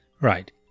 Right